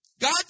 God